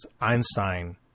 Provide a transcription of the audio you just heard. Einstein